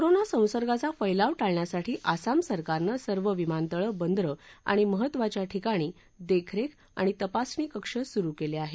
corona संसर्गाचा फैलाव टाळण्यासाठी आसाम सरकारनं सर्व विमानतळं बंदरं आणि महत्त्वाच्या ठिकाणी देखरेख आणि तपासणी कक्ष सुरु केले आहेत